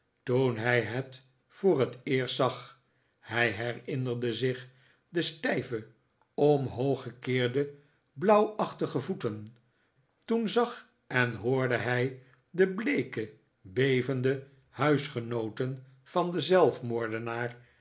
toen hij het voor het eerst zag hij herinnerde zich de stijve omhooggekeerde blauwachtige voeten toen zag en hoorde hij de bleeke bfevende huisgenooten van den